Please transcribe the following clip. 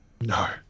no